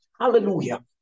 Hallelujah